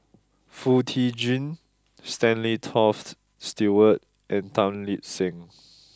Foo Tee Jun Stanley Toft Stewart and Tan Lip Seng